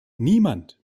niemand